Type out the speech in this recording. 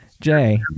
Jay